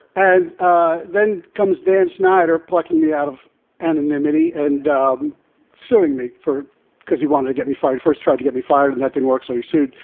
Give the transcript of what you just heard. and ah then comes dan snyder plucking me out of anonymity and um suing me for because he wanted to get me fired first, tried to get me fired, and that didn't work. so we sued,